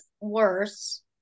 worse